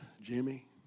Jimmy